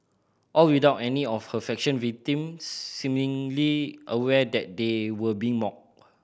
all without any of her fashion victim seemingly aware that they were being mocked